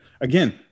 Again